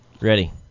Ready